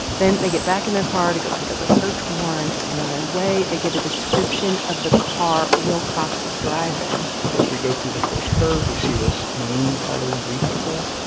then they get back in their car to go pick up a search warrant, and on their way, they get a description of the car wilcox is driving as we go through the first curve, we see this maroon-colored vehicle